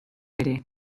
ere